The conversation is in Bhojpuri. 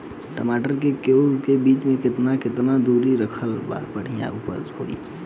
टमाटर के क्यारी के बीच मे केतना केतना दूरी रखला पर बढ़िया उपज होई?